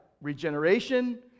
regeneration